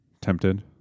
tempted